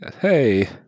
Hey